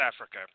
Africa